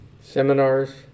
Seminars